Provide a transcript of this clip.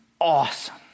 awesome